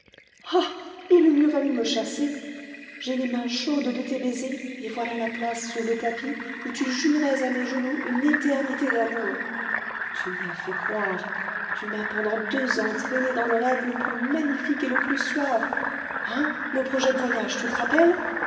il eût mieux valu me chasser j'ai les mains chaudes de tes baisers et voilà la place sur le tapis où tu jurais à mes genoux une éternité d'amour tu m'y as fait croire tu m'as pendant deux ans traînée dans le rêve le plus magnifique et le plus suave hein nos projets de voyage tu te rappelles